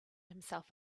himself